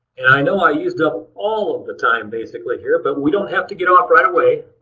and i know i used up all of the time basically here, but we don't have to get off right away.